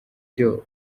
byo